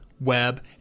web